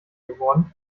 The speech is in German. geworden